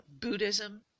Buddhism